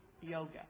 yoga